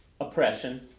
oppression